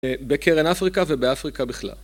בקרן אפריקה ובאפריקה בכלל.